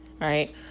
right